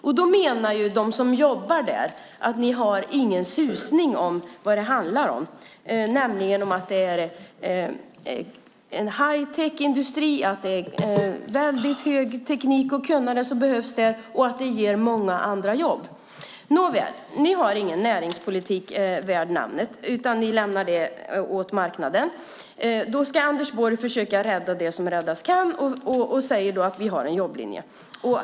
De som jobbar där menar att regeringen inte har en susning om vad det handlar om, nämligen om en hightechindustri, hög teknik och stort kunnande, som ger många andra jobb. Ni har ingen näringspolitik värd namnet, Anders Borg, utan ni lämnar det hela åt marknaden. Sedan ska Anders Borg försöka rädda det som räddas kan, och han säger att man har en jobblinje.